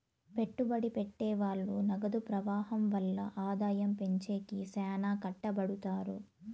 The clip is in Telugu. పెట్టుబడి పెట్టె వాళ్ళు నగదు ప్రవాహం వల్ల ఆదాయం పెంచేకి శ్యానా కట్టపడుతారు